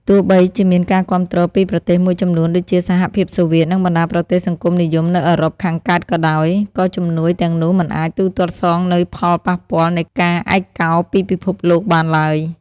ទោះបីជាមានការគាំទ្រពីប្រទេសមួយចំនួនដូចជាសហភាពសូវៀត និងបណ្ដាប្រទេសសង្គមនិយមនៅអឺរ៉ុបខាងកើតក៏ដោយ ក៏ជំនួយទាំងនោះមិនអាចទូទាត់សងនូវផលប៉ះពាល់នៃការឯកោពីពិភពលោកបានឡើយ។